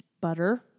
butter